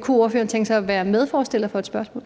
Kunne ordføreren tænke sig at være medstiller af et spørgsmål?